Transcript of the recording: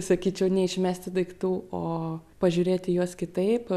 sakyčiau neišmesti daiktų o pažiūrėti juos kitaip